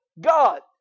God